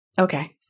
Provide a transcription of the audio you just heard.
okay